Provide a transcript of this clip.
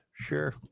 Sure